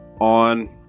on